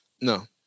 no